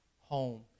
home